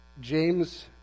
James